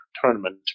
tournament